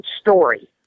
story